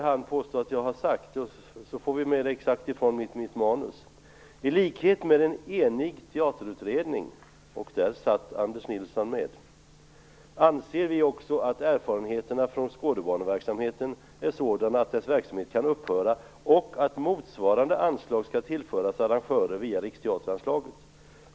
Jag skall återge vad jag sade, så att det kommer med exakt från mitt manus: I likhet med en enig teaterutredning - och där satt Anders Nilsson med - anser vi också att erfarenheterna från Skådebaneverksamheten är sådana att dess verksamhet kan upphöra och att motsvarande ansvar skall tillföras arrangörer via Riksteateranslaget.